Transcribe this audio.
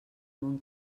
món